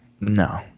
No